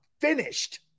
finished